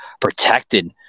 protected